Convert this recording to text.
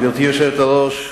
גברתי היושבת-ראש,